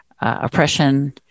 oppression